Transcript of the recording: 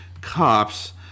cops